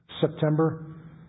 September